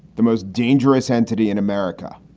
the most dangerous entity in america,